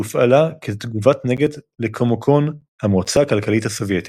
שהופעלה כתגובת נגד לקומקון - המועצה הכלכלית הסובייטית.